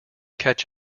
catch